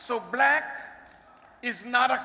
so black is not a